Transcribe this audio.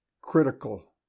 critical